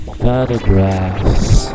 photographs